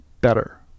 better